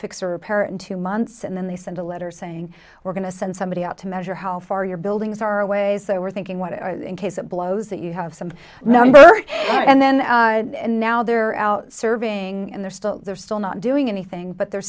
fix or repair and two months and then they send a letter saying we're going to send somebody out to measure how far your buildings are away as they were thinking what in case it blows that you have some number and then and now they're out surveying and they're still they're still not doing anything but they're